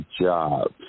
jobs